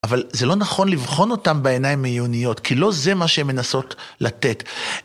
אבל זה לא נכון לבחון אותם בעיניים עיוניות, כי לא זה מה שהם מנסות לתת.